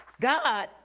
God